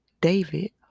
David